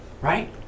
Right